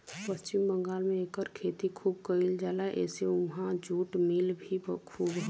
पश्चिम बंगाल में एकर खेती खूब कइल जाला एसे उहाँ जुट मिल भी खूब हउवे